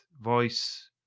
voice